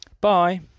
bye